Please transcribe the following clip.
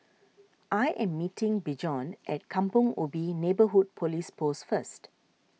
I am meeting Bjorn at Kampong Ubi Neighbourhood Police Post first